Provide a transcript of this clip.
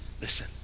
listen